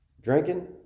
drinking